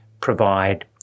provide